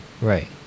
Right